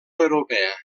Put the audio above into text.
europea